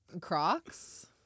Crocs